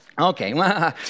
okay